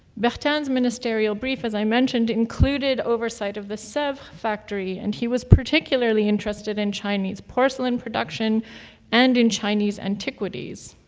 bertin's ministerial brief as i mentioned, included oversight of the sevres factory and he was particularly interested in chinese porcelain production and in chinese antiquities.